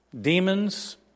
demons